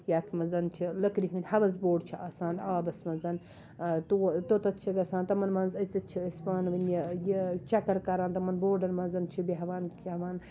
یَتھ منٛز چھِ لٔکرِ ہٕنٛدۍ ہاوُس بوٹ چھِ آسان آبَس منٛز تو توٚتَتھ چھِ گژھان تِمَن منٛز أژِتھ چھِ أسۍ پانہٕ ؤنۍ یہِ یہِ چَکَر کران تِمَن بوڈَن منٛز چھٕ بیٚہوان کھٮ۪وان